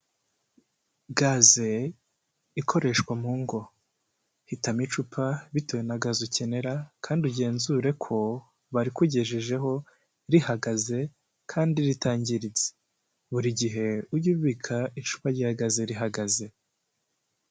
Gaze ikoreshwa mu ngo. Hitamo icupa bitewe na gaze ukenera kandi ugenzure ko barikugejejeho rihagaze kandi ritangiritse. Buri gihe ujye ubika icupa rya gaze rihagaze.